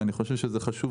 ואני חושב שזה חשוב,